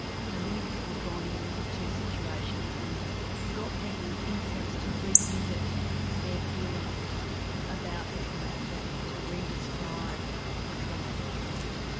you know many people have gone in to situations and got people in a sense to revisit their feelings about the traumatic event, to redescribe the traumatic event.